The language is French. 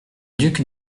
ducs